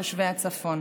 תושבי הצפון.